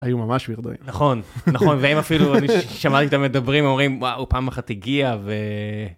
היו ממש וורדוי. נכון, נכון, ואם אפילו שמעתי את המדברים, אומרים, וואו, פעם אחת הגיע, ו...